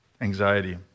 anxiety